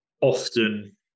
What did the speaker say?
often